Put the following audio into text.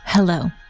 Hello